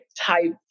type